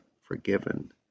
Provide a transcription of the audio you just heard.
forgiven